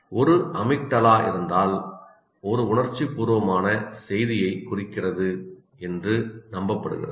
ஒரு அமிக்டாலா இருந்தால் ஒரு உணர்ச்சிபூர்வமான செய்தியைக் குறிக்கிறது என்று நம்பப்படுகிறது